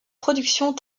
productions